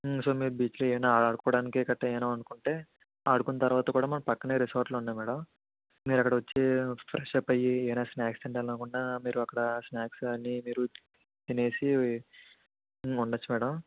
so మీరు బీచ్లో ఏయైన ఆటాడుకోడానికి గట్టా ఏమైనా అనుకుంటే ఆడుకున్న తర్వాత కూడా మనం పక్కనే రిసార్ట్లు ఉన్నాయి మేడం మీరకడొచ్చి ఫ్రెష్ అప్ అయ్యి ఏవైనా స్నాక్స్ తినాలనుకున్నా మీరు అక్కడ స్నాక్స్ అన్నీ మీరు తినేసి ఉండొచ్చు మేడం